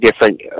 different